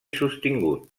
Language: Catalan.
sostingut